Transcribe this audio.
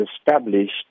established